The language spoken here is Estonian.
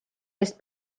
eest